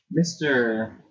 Mr